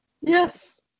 yes